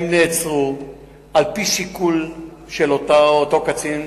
הם נעצרו על-פי שיקול של אותה או אותו קצין,